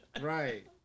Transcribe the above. Right